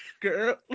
girl